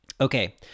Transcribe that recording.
Okay